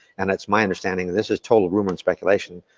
and it's my understanding, and this is total rumour and speculation,